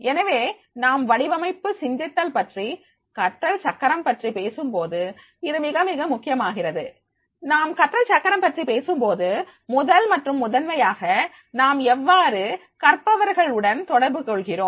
எனவே நாம் வடிவமைப்பு சிந்தித்தல் மற்றும் கற்றல் சக்கரம் பற்றிப் பேசும்போது இது மிக மிக முக்கியமாகிறது நாம் கற்றல் சக்கரம் பற்றி பேசும்போது முதல் மற்றும் முதன்மையாக நாம் எவ்வாறு கற்பவர்கள் உடன் தொடர்பு கொள்கிறோம்